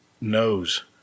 knows